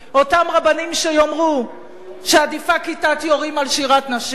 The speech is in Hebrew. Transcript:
אותם רבנים שיאמרו שעדיפה כיתת יורים על שירת נשים.